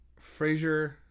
Frasier